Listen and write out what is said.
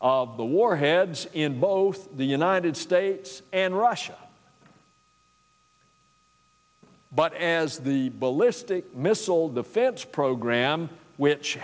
of the warheads in both the united states and russia but as the ballistic missile defense program which